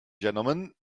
gentlemen